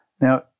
Now